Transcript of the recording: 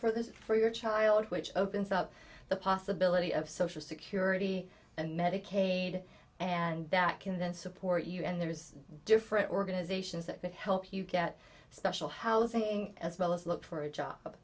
for this for your child which opens up the possibility of social security and medicaid and that can then support you and there's different organizations that could help you get special housing as well as look for a job